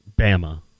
Bama